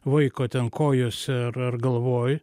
vaiko ten kojose ar ar galvoj